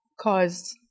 caused